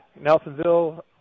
Nelsonville